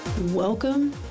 welcome